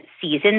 season